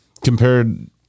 compared